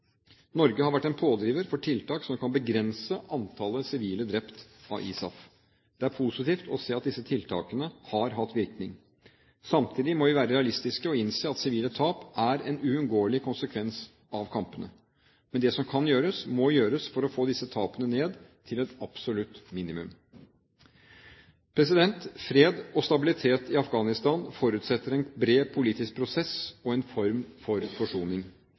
Norge har vært en pådriver for tiltak som kan begrense antallet sivile drept av ISAF. Det er positivt å se at disse tiltakene har hatt virkning. Samtidig må vi være realistiske og innse at sivile tap er en uunngåelig konsekvens av kampene. Men det som kan gjøres, må gjøres for å få disse tapene ned til et absolutt minimum. Fred og stabilitet i Afghanistan forutsetter en bred politisk prosess og en form for forsoning.